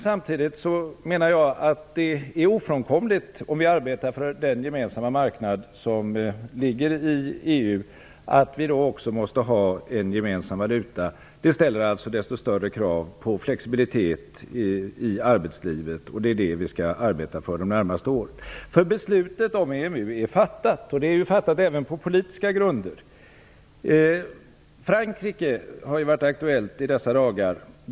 Samtidigt menar jag att det är ofrånkomligt, om vi arbetar för den gemensamma marknad som ligger i EU-begreppet, att vi också måste ha en gemensam valuta. Det ställer alltså större krav på flexibilitet i arbetslivet, och det är det vi skall arbeta för de närmaste åren. Beslutet om EMU är fattat, det är fattat även på politiska grunder. Frankrike har varit aktuellt i dessa dagar.